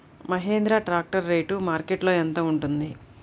Mahindra tractor rate మార్కెట్లో యెంత ఉంటుంది?